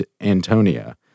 Antonia